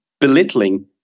belittling